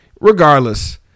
Regardless